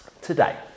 today